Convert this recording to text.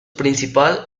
principal